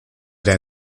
der